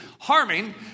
harming